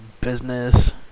business